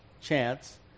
chance